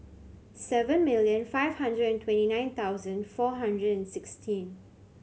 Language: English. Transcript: seven million five hundred and twenty nine thousand four hundred and sixteen